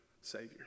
savior